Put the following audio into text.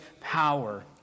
power